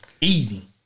Easy